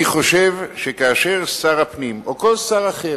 אני חושב שכאשר שר הפנים, או כל שר אחר,